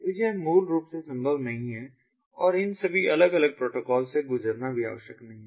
तो यह मूल रूप से संभव नहीं है और इन सभी अलग अलग प्रोटोकॉल से गुजरना भी आवश्यक नहीं है